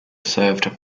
served